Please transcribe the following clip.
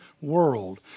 world